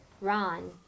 Ron